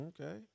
Okay